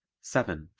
seven.